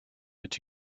that